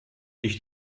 ich